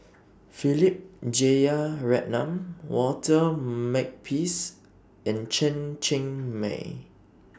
Philip Jeyaretnam Walter Makepeace and Chen Cheng Mei